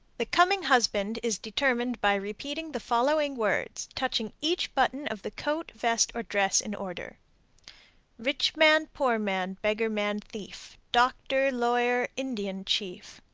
the coming husband is determined by repeating the following words, touching each button of the coat, vest, or dress in order rich man, poor man, beggar man, thief. doctor, lawyer, indian chief.